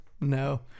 no